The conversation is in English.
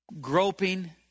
groping